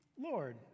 Lord